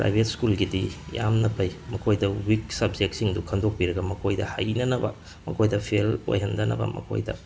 private ꯁ꯭ꯀꯨꯜꯒꯤꯗꯤ ꯌꯥꯝꯅ ꯐꯩ ꯃꯈꯣꯏꯗ ꯋꯤꯛ ꯁꯞꯖꯦꯛꯁꯤꯡꯗꯣ ꯈꯟꯗꯣꯛꯄꯤꯔꯒ ꯃꯈꯣꯏꯗ ꯍꯩꯅꯅꯕ ꯃꯈꯣꯏꯗ ꯐꯦꯜ ꯑꯣꯏꯍꯟꯗꯅꯕ ꯃꯈꯣꯏꯗ